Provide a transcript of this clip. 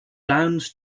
downs